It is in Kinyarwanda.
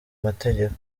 mategeko